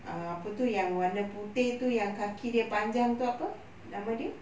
err apa itu yang warna putih itu yang kaki dia panjang itu apa nama dia